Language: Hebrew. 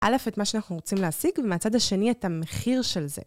א. את מה שאנחנו רוצים להשיג ומהצד השני את המחיר של זה